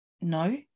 no